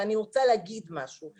ואני רוצה להגיד משהו,